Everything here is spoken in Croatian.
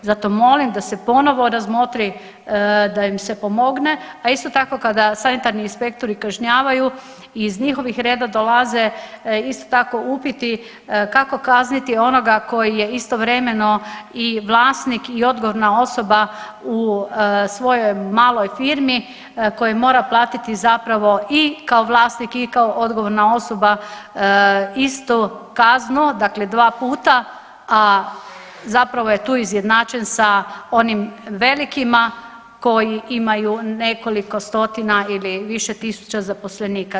Zato molim da se ponovo razmotri da im se pomogne, a isto tako, kada sanitarni inspektori kažnjavaju, iz njihovih reda dolaze isto tako upiti kako kazniti onoga koji je istovremeno i vlasnik i odgovorna osoba u svojoj maloj firmi koji mora platiti zapravo i kao vlasnik i kao odgovorna osoba istu kaznu, dakle 2 puta, a zapravo je tu izjednačen sa onim velikima koji imaju nekoliko stotina ili više tisuća zaposlenika.